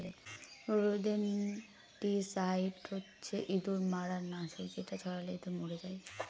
rodenticide হচ্ছে ইঁদুর মারার নাশক যেটা ছড়ালে ইঁদুর মরে যায়